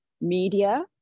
media